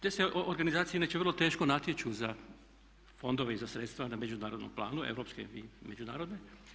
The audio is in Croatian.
Te se organizacije inače vrlo teško natječu za fondove i za sredstva na međunarodnom planu europske i međunarodne.